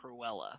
cruella